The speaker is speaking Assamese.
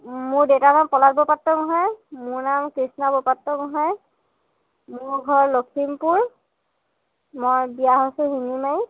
মোৰ দেউতাৰ নাম পলাশ বৰপাত্ৰগোঁহাই মোৰ নাম কৃষ্ণা বৰপাত্ৰগোঁহাই মোৰ ঘৰ লখিমপুৰ মই বিয়া হৈছো শিঙিমাৰীত